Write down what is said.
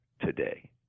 today